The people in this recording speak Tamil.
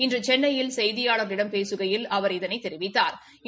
இன்று சென்னையில் செய்தியாளா்களிடம் பேசுகையில் அவா் இதனைத் தெரிவித்தாா்